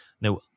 Now